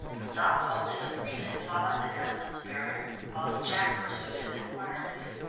stopped only the briefest while at the customs barrier whilst jack pursued his inquiries.